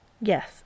Yes